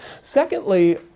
Secondly